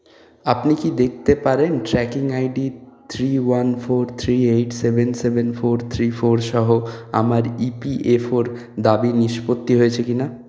আপনি কি দেখতে পারেন tracking I D three one four three eight seven seven four three four সহ আমার ইপিএফওর দাবি নিষ্পত্তি হয়েছে কিনা